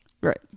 right